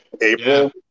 April